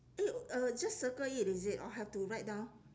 eh uh just circle it is it or have to write down